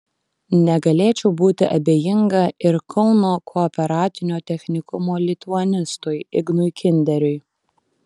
negalėčiau būti abejinga ir kauno kooperatinio technikumo lituanistui ignui kinderiui